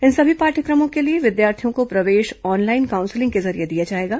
इन सभी पाठ्यक्रमों के लिए विद्यार्थियों को प्रवेश ऑनलाईन काउंसिलिंग के जरिये दिया जाएगा